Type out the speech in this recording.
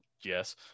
Yes